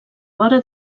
vora